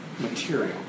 Material